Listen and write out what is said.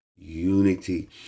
unity